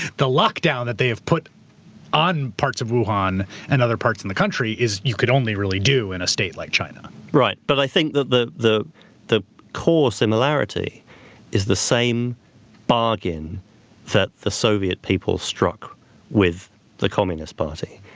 the lock down that they have put on parts of wuhan and other parts in the country is you could only really do in a state like china. right. but i think that the the core similarity is the same bargain that the soviet people struck with the communist party,